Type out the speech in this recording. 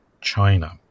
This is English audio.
China